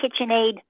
KitchenAid